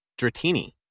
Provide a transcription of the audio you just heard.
Dratini